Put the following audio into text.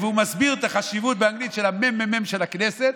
והוא מסביר באנגלית את החשיבות של הממ"מ של הכנסת,